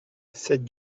cette